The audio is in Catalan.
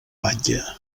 batlle